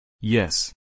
Yes